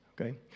Okay